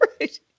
right